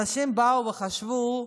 אנשים באו וחשבו: